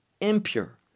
impure